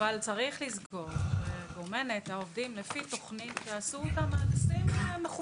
אבל צריך לזכור ש --- עובדים לפי תכנית שעשו אותה מהנדסים מכובדים.